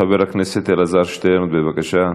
חבר הכנסת אלעזר שטרן, בבקשה.